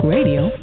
Radio